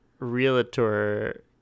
Realtor